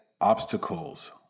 obstacles